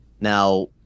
Now